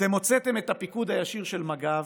אתם הוצאתם את הפיקוד הישיר של מג"ב,